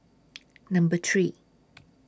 Number three